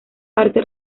parte